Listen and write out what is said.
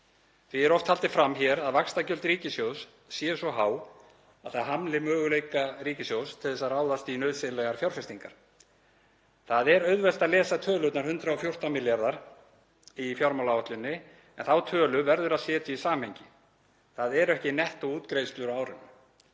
Því er oft haldið fram að vaxtagjöld ríkissjóðs séu svo há að það hamli möguleika ríkissjóðs til að ráðast í nauðsynlegar fjárfestingar. Það er auðvelt að lesa töluna 114 milljarðar í fjármálaáætluninni en þá tölu verður að setja í samhengi. Það eru ekki nettó útgreiðslur á árinu.